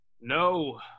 No